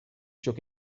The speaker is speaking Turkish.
çok